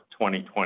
2020